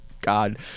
god